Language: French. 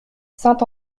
saint